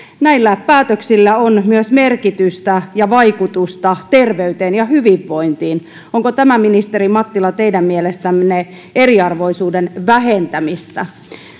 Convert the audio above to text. näillä päätöksillä on myös merkitystä ja vaikutusta terveyteen ja hyvinvointiin onko tämä ministeri mattila teidän mielestänne eriarvoisuuden vähentämistä